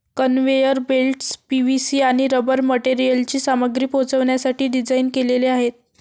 conveyor belts PVC आणि rubber मटेरियलची सामग्री पोहोचवण्यासाठी डिझाइन केलेले आहेत